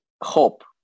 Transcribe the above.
hope